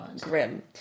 grim